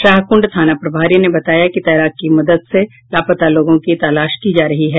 शाहकुंड थाना प्रभारी ने बताया कि तैराक की मदद से लापता लोगों की तलाश की जा रही है